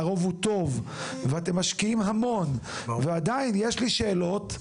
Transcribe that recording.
הרוב הוא טוב ואתם משקיעים המון ועדיין יש לי שאלות,